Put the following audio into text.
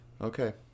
Okay